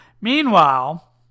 Meanwhile